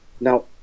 now